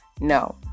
No